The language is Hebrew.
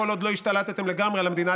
כל עוד לא השתלטתם לגמרי על המדינה.